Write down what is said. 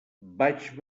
vaig